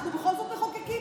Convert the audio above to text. אנחנו בכל זאת מחוקקים.